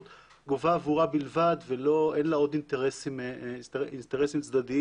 גובה עבורה בלבד ואין לה עוד אינטרסים צדדיים,